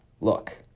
Look